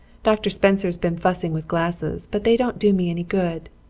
doctor spencer's been fussing with glasses, but they don't do me any good.